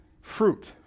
fruit